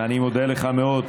אני מודה לך מאוד.